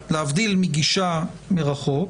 בצו בית משפט, להבדיל מגישה מרחוק,